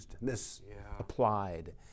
misapplied